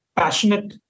passionate